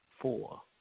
four